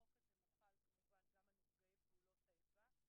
החוק הזה מוחל כמובן גם על נפגעי פעולות האיבה.